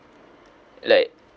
like